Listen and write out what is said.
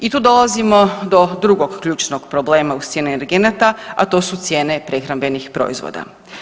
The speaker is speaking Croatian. I tu dolazimo do drugog ključnog problema uz cijene energenata, a to su cijene prehrambenih proizvoda.